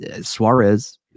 Suarez